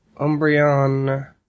Umbreon